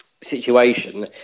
situation